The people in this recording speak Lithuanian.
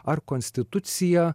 ar konstitucija